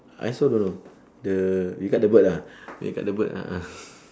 I also don't know the you cut the bird ah you cut the bird a'ah